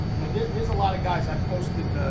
there's a lot of guys, i posted